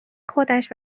خودش